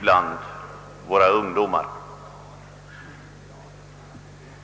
bland våra ungdomar.